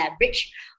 leverage